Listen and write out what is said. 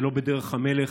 ולא בדרך המלך,